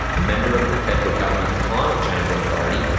a member of the federal government's climate change authority,